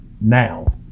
now